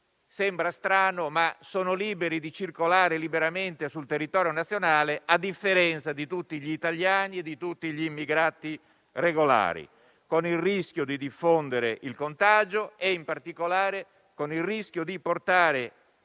sembra strano - sono liberi di circolare liberamente sul territorio nazionale, a differenza di tutti gli italiani e di tutti gli immigrati regolari, con il rischio di diffondere il contagio e, in particolare, di portare